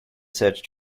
search